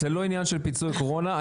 זה לא עניין של פיצוי קורונה.